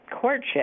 courtship